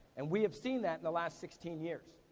and we have seen that in the last sixteen years.